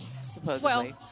supposedly